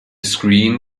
screen